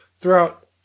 throughout